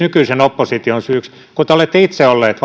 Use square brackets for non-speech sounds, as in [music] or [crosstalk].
[unintelligible] nykyisen opposition syyksi kun te olette itse olleet [unintelligible]